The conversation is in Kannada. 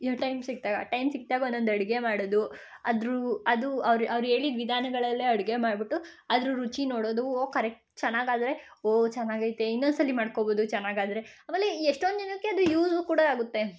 ಇವಾಗ ಟೈಮ್ ಸಿಕ್ಕಿದಾಗ ಟೈಮ್ ಸಿಕ್ದಾಗ ಒಂದೊಂದು ಅಡಿಗೆ ಮಾಡೋದು ಅದ್ರ ಅದು ಅವ್ರು ಅವ್ರು ಹೇಳಿದ ವಿಧಾನಗಳಲ್ಲೇ ಅಡಿಗೆ ಮಾಡ್ಬಿಟ್ಟು ಅದ್ರ ರುಚಿ ನೋಡೋದು ಓಹ್ ಕರೆಕ್ಟ್ ಚೆನ್ನಾಗಾದ್ರೆ ಓಹ್ ಚೆನ್ನಾಗೈತೆ ಇನ್ನೊಂದು ಸಲ ಮಾಡ್ಕೋಬೋದು ಚೆನ್ನಾಗಾದ್ರೆ ಆಮೇಲೆ ಎಷ್ಟೊಂದು ಜನಕ್ಕೆ ಅದು ಯೂಸು ಕೂಡ ಆಗುತ್ತೆ